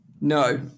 No